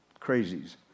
crazies